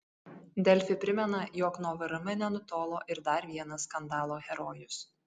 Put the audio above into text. delfi primena jog nuo vrm nenutolo ir dar vienas skandalo herojus